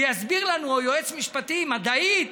או יועץ משפטי-מדעי,